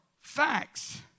facts